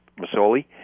Masoli